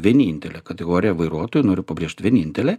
vienintelė kategorija vairuotojų noriu pabrėžt vienintelė